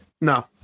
No